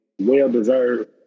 well-deserved